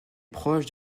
proche